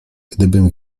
gdybym